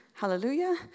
Hallelujah